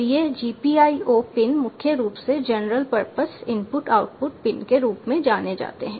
तो ये GPIO pin मुख्य रूप से general purpose input output pin के रूप में जाने जाते हैं